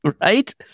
right